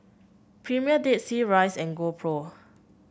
Premier Dead Sea Royce and GoPro